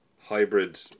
hybrid